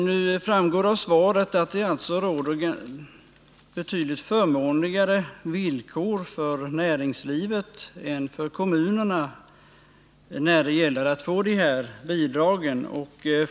Nu framgår det av svaret att det råder betydligt förmånligare villkor för näringslivet än för kommunerna när det gäller att få dessa bidrag.